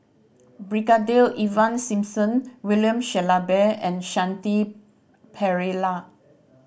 Brigadier Ivan Simson William Shellabear and Shanti Pereira